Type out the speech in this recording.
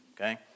Okay